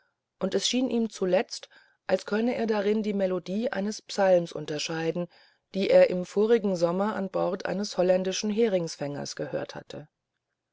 und es schien ihm zuletzt als könne er darin die melodie eines psalms unterscheiden die er im vorigen sommer an bord eines holländischen heringfängers gehört hatte